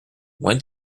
when